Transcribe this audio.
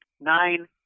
Nine